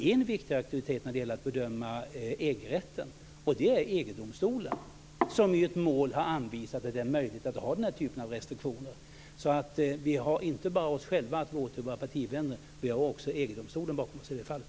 En viktig auktoritet när det gäller att bedöma EG rätten är ju EG-domstolen, som i ett mål har anvisat att det är möjligt att ha den här typen av restriktioner. Vi har alltså inte bara oss själva och våra partivänner att gå till; vi har också EG-domstolen bakom oss i det här fallet.